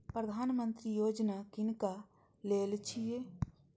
प्रधानमंत्री यौजना किनका लेल छिए?